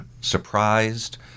surprised